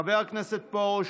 חבר הכנסת פרוש,